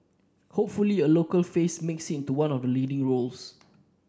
hopefully a local face makes into one of the leading roles